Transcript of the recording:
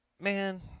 man